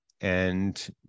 and-